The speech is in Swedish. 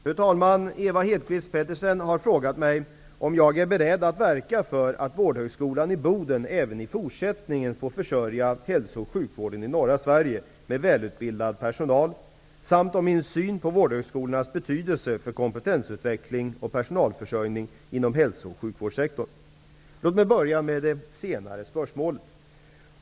Fru talman! Ewa Hedkvist Petersen har frågat mig om jag är beredd att verka för att Vårdhögskolan i Boden även i fortsättningen får försörja hälso och sjukvården i norra Sverige med välutbildad personal, samt om min syn på vårdhögskolornas betydelse för kompetensutveckling och personalförsörjning inom hälso och sjukvårdssektorn. Låt mig börja med det senare spörsmålet.